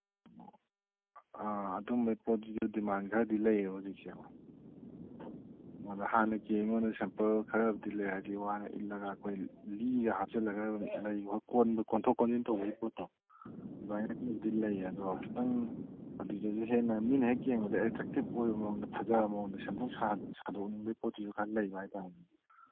ꯑꯥ ꯑꯗꯨꯝꯕꯒꯤ ꯄꯣꯠꯇꯨꯁꯨ ꯗꯤꯃꯥꯟ ꯈꯔꯗꯤ ꯂꯩꯌꯦꯕ ꯍꯧꯖꯤꯛꯁꯦꯀꯣ ꯍꯥꯟꯅꯒꯤ ꯑꯩꯉꯣꯟꯗ ꯁꯦꯝꯄꯜ ꯈꯔꯕꯨꯗꯤ ꯂꯩ ꯍꯥꯏꯗꯤ ꯋꯥꯅ ꯏꯠꯂꯒ ꯑꯩꯈꯣꯏ ꯂꯤꯒ ꯍꯥꯞꯆꯤꯜꯂꯒ ꯂꯩ ꯀꯣꯟꯊꯣꯛ ꯀꯣꯟꯖꯤꯟ ꯇꯧꯕꯒꯤ ꯄꯣꯠꯇꯣ ꯑꯗꯨꯃꯥꯏꯅꯕꯨꯗꯤ ꯂꯩ ꯑꯗꯣ ꯈꯤꯇꯪ ꯑꯗꯨꯗꯁꯨ ꯍꯦꯟꯅ ꯃꯤꯅ ꯍꯦꯛ ꯌꯦꯡꯕꯗ ꯑꯦꯇ꯭ꯔꯦꯛꯇꯤꯞ ꯑꯣꯏꯕ ꯃꯑꯣꯡꯗ ꯐꯖꯕ ꯃꯑꯣꯡꯗ ꯁꯦꯝꯇꯣꯛ ꯁꯥꯗꯣꯛꯅꯤꯡꯕꯒꯤ ꯄꯣꯠꯇꯨꯁꯨ ꯈꯔ ꯂꯩꯕ ꯍꯥꯏ ꯇꯥꯔꯦꯅꯦ